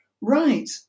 Right